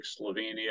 Slovenia